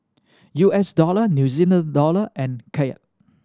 U S Dollar New Zealand Dollar and Kyat